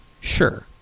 Sure